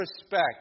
respect